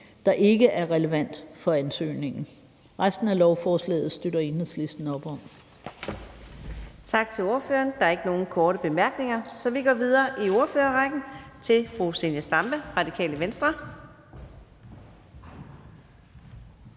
der joikke er relevant for ansøgningen. Resten af lovforslaget støtter Enhedslisten op om. Kl. 14:19 Fjerde næstformand (Karina Adsbøl): Tak til ordføreren. Der er ikke nogen korte bemærkninger. Så vi går videre i ordførerrækken til fru Zenia Stampe, Radikale Venstre.